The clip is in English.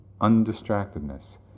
undistractedness